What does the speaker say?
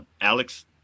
Alex